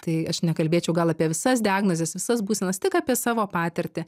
tai aš nekalbėčiau gal apie visas diagnozes visas būsenas tik apie savo patirtį